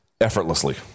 effortlessly